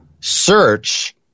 search